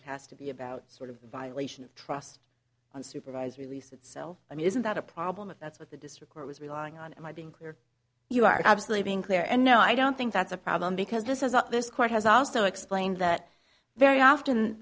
it has to be about sort of violation of trust on supervised release itself i mean isn't that a problem and that's what the district court was relying on my being clear you are absolutely being clear and no i don't think that's a problem because this is a this court has also explained that very often